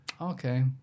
okay